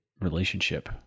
relationship